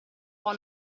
può